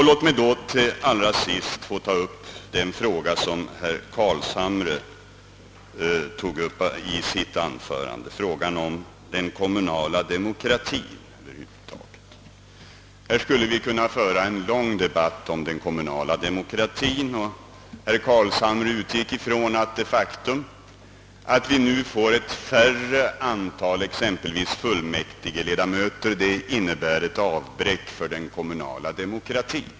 Låt mig i detta sammanhang beröra den fråga som herr Carlshamre tog upp, frågan om den kommunala demokratin över huvud taget. Vi skulle kunna föra en lång debatt om den kommunala demokratin. Herr Carlshamre utgick ifrån, alt det faktum att det i fortsättningen blir ett mindre antal fullmäktigeledamöter innebär ett avbräck i den kommunala demokratin.